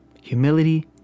Humility